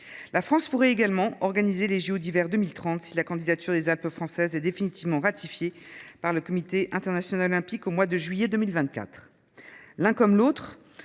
La France pourrait également organiser les jeux Olympiques d’hiver 2030 si la candidature des Alpes françaises était définitivement ratifiée par le Comité international olympique, au mois de juillet 2024. L’un comme l’autre